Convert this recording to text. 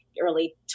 early